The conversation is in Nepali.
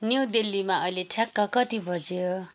न्यू दिल्लीमा अहिले ठ्याक्क कति बज्यो